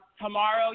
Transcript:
Tomorrow